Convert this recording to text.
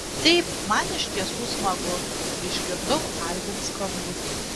taip man iš tiesų smagu išgirdau aidint skambutį